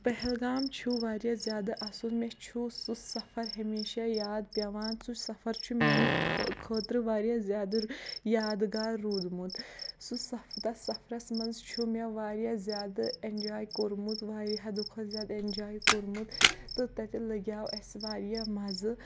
پَہلگام چھُ واریاہ زیادٕ اَصٕ ل مےٚ چھُ سُہ سفر ہمیشہ یاد پٮ۪وان سُہ سفر چھُ میٛانہِ خٲطرٕ واریاہ زیادٕ یادگار روٗدمُت سُہ سَف تَتھ سَفرَس منٛز چھُ مےٚ واریاہ زیادٕ اٮ۪نجاے کوٚرمُت واریاہ حَدٕ کھۄتہٕ زیادٕ اٮ۪نجاے کوٚرمُت تہٕ تَتہِ لَگیاو اَسہِ واریاہ مَزٕ